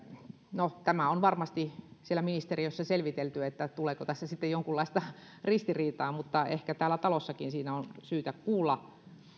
no tämä on varmasti siellä ministeriössä selvitelty tuleeko tässä jonkunlaista ristiriitaa mutta ehkä täällä talossakin siinä on syytä kuulla